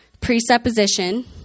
presupposition